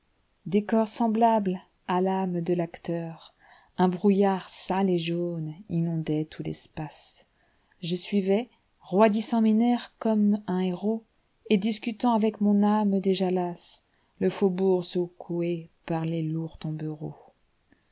que décor semblable à l'âme de l'acteur un brouillard sale et jaune inondait tout l'espace je suivais roidissant mes nerfs comme un héroset discutant avec mon âme déjà lasse le faubourg secoué par les lourds